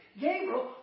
Gabriel